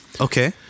Okay